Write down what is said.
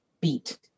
beat